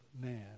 man